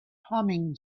humming